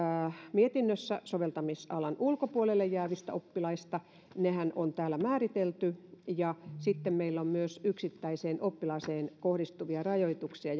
puhutaan myöskin soveltamisalan ulkopuolelle jäävistä oppilaista nehän on täällä määritelty ja sitten meillä on myös yksittäiseen oppilaaseen kohdistuvia rajoituksia